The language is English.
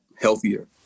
healthier